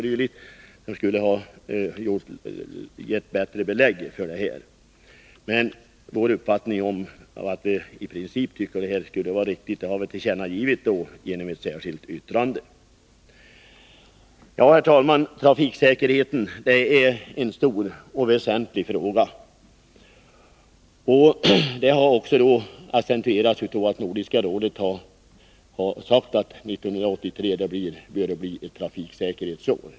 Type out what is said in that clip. Denna kunde annars ha gett bättre belägg för detta förslag. Vår uppfattning, dvs. att detta förslag i princip är riktigt, har vi tillkännagivit i ett särskilt yttrande. Herr talman! Trafiksäkerheten är en stor och väsentlig fråga. Det har också accentuerats på det sättet att Nordiska rådet har sagt att 1983 bör bli ett trafiksäkerhetsår.